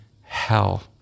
hell